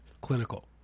clinical